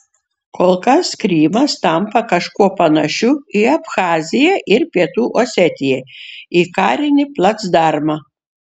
kol kas krymas tampa kažkuo panašiu į abchaziją ir pietų osetiją į karinį placdarmą